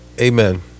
Amen